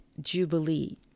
Jubilee